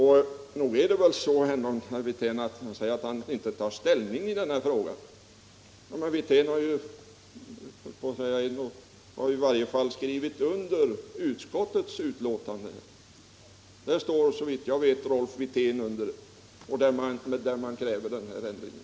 Herr Wirtén säger att han inte tar ställning i frågan, men herr Wirtén har i varje fall skrivit under utskottets betänkande, där man kräver den här ändringen.